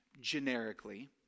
generically